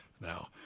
now